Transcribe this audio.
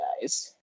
guys